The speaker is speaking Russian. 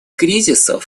кризисов